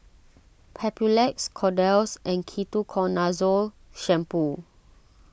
Papulex Kordel's and Ketoconazole Shampoo